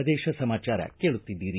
ಪ್ರದೇಶ ಸಮಾಚಾರ ಕೇಳುತ್ತಿದ್ದೀರಿ